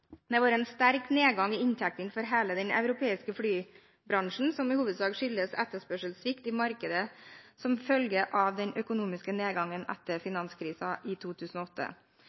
Det har vært en sterk nedgang i inntektene for hele den europeiske flybransjen, som i hovedsak skyldes etterspørselssvikt i markedet som følge av den økonomiske nedgangen etter finanskrisen i 2008.